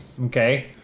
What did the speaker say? Okay